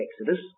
Exodus